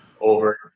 over